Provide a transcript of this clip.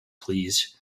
please